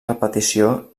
repetició